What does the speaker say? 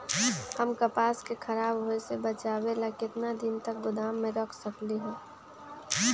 हम कपास के खराब होए से बचाबे ला कितना दिन तक गोदाम में रख सकली ह?